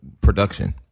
production